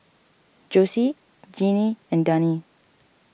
Jossie Genie and Dani